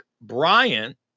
Bryant